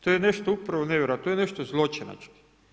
To je nešto upravo nevjerojatno, to je nešto zločinačko.